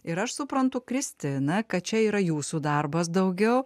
ir aš suprantu kristina kad čia yra jūsų darbas daugiau